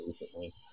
recently